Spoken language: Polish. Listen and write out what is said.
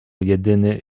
jedyny